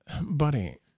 Buddy